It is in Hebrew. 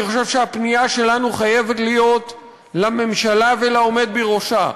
אני חושב שהפנייה שלנו חייבת להיות לממשלה ולעומד בראשה,